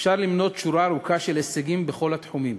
אפשר למנות שורה ארוכה של הישגים בכל התחומים: